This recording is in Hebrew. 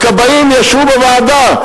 הכבאים ישבו בוועדה,